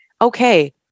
okay